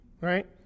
right